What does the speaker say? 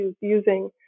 using